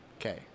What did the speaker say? Okay